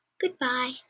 Goodbye